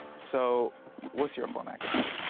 so what's your format going to be?